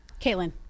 Caitlin